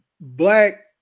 black